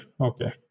okay